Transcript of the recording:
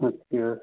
अच्छा